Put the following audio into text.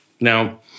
Now